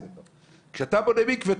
כשאתה בונה מקווה,